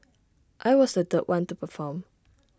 I was the third one to perform